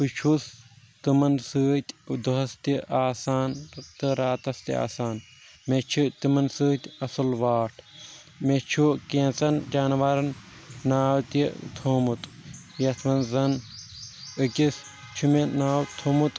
بہ چھُس تمن سۭتۍ دۄہس تہِ آسان تہٕ راتس تہِ آسان مےٚ چھِ تمن سۭتۍ اصل واٹھ مے چھُ کیٚنٛژن جاناوارن ناو تہِ تھوومُت یتھ منز زَن أکس چھ مےٚ ناو تھوومُت